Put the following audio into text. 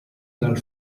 dal